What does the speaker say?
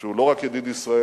שהוא לא רק ידיד ישראל